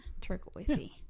turquoisey